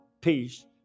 peace